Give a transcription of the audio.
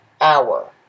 hour